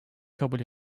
kabul